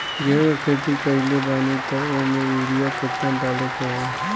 गेहूं के खेती कइले बानी त वो में युरिया केतना डाले के होई?